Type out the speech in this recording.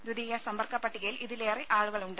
ദ്വിതീയ സമ്പർക്ക പട്ടികയിൽ ഇതിലേറെ ആളുകളുണ്ട്